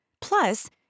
Plus